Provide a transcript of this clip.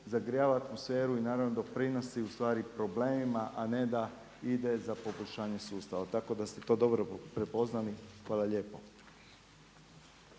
zagrijava atmosferu i naravno doprinosi problemima, a ne da ide za poboljšanje sustava, tako da ste to dobro prepoznali. Hvala lijepo.